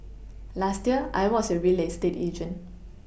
last year I was your real estate agent